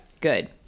Good